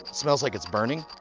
smells like it's burning.